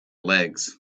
legs